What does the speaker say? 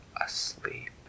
asleep